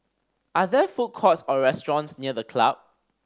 are there food courts or restaurants near The Club